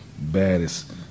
baddest